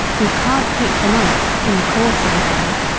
you can't pick them up in the course of a day.